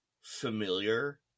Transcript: familiar